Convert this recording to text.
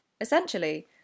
Essentially